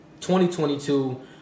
2022